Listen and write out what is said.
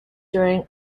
during